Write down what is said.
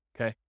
Okay